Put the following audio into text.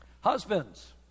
Husbands